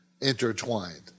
intertwined